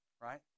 right